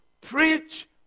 Preach